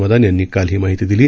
मदान यांनी काल ही माहिती दिली